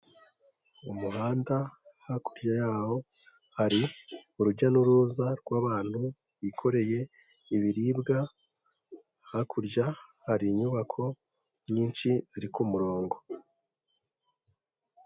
Umuhanda hakurya yawo, hari urujya n'uruza rw'abantu, bikoreye ibiribwa, hakurya hari inyubako nyinshi, ziri ku murongo.